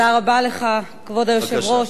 כבוד היושב-ראש,